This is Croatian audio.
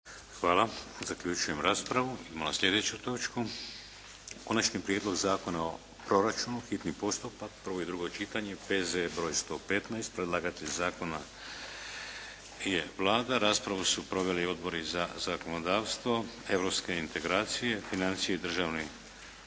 **Šeks, Vladimir (HDZ)** Idemo na sljedeću točku -Konačni prijedlog Zakona o proračunu, hitni postupak, prvo i drugo čitanje, P.Z.E. br. 115 Predlagatelj zakona je Vlada. Raspravu su proveli Odbori za zakonodavstvo, europske integracije, financije i državni